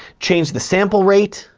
change the sample rate,